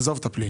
עזוב את הפלילי.